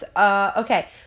Okay